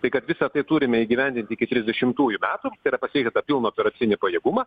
tai kad visą tai turime įgyvendinti iki trisdešimtųjų metų tai yra pasiekti papildomas operacinį pajėgumą